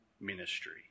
ministry